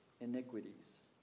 iniquities